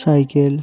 cycle